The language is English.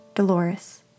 Dolores